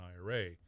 IRA